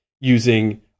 using